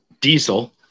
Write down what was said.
Diesel